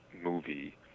movie